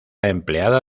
empleada